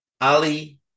Ali